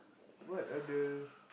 what are the